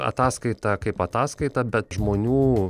ataskaita kaip ataskaita bet žmonių